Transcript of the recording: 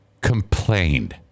Complained